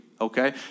okay